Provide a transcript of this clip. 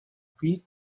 fee